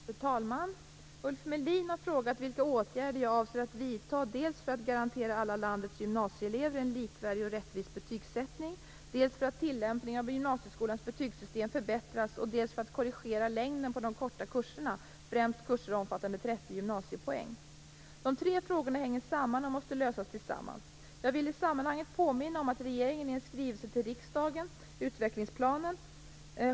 Fru talman! Ulf Melin har frågat vilka åtgärder jag avser att vidta dels för att garantera alla landets gymnasieelever en likvärdig och rättvis betygsättning, dels för att tillämpningen av gymnasieskolans betygssystem förbättras och dels för att korrigera längden på de korta kurserna, främst kurser omfattande 30 gymnasiepoäng. De tre frågorna hänger samman och måste lösas tillsammans. Jag vill i sammanhanget påminna om att regeringen i skrivelse till riksdagen (skr.